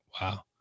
Wow